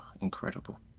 incredible